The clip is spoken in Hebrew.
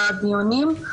בדיונים.